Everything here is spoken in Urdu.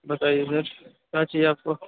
بتائیے سر کیا چاہیے آپ کو